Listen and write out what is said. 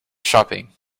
shopping